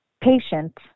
patient